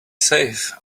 safe